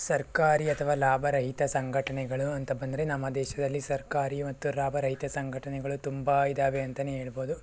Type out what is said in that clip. ಸರ್ಕಾರಿ ಅಥವಾ ಲಾಭ ರಹಿತ ಸಂಘಟನೆಗಳು ಅಂತ ಬಂದರೆ ನಮ್ಮ ದೇಶದಲ್ಲಿ ಸರ್ಕಾರಿ ಮತ್ತು ಲಾಭರಹಿತ ಸಂಘಟನೆಗಳು ತುಂಬಾ ಇದಾವೆ ಅಂತಲೇ ಹೇಳ್ಬೋದು